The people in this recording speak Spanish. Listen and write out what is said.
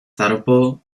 zarpó